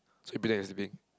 so it'll be like as big